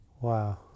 Wow